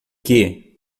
que